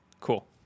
Cool